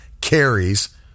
carries